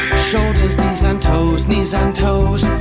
shoulders, knees and toes. knees and toes,